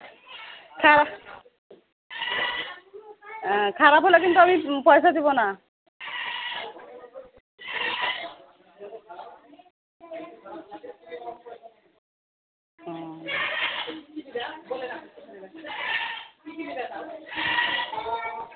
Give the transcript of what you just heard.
অ্যাঁ খারাপ হলে কিন্তু আমি পয়সা দিবো না